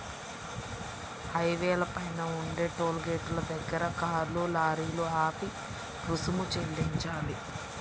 హైవేల పైన ఉండే టోలు గేటుల దగ్గర కార్లు, లారీలు ఆపి రుసుము చెల్లించాలి